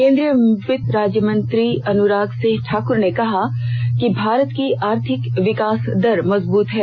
केंद्रीय वित्त राज्यमंत्री अनुराग सिंह ठाक्र ने कहा है कि भारत की आर्थिक विकास दर मजबूत है